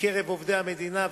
מקרב עובדי המדינה,